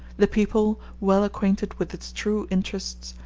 the people, well acquainted with its true interests,